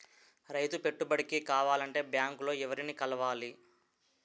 రైతు పెట్టుబడికి కావాలంటే బ్యాంక్ లో ఎవరిని కలవాలి?